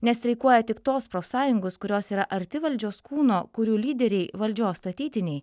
nestreikuoja tik tos profsąjungos kurios yra arti valdžios kūno kurių lyderiai valdžios statytiniai